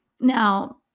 Now